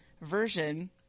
version